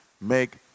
make